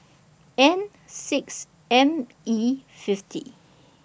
N six M E fifty